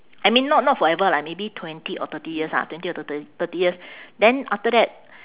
I mean not not forever lah maybe twenty or thirty years ah twenty or thir~ thirty years then after that